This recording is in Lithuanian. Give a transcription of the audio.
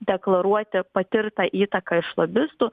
deklaruoti patirtą įtaką iš lobistų